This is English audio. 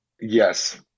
yes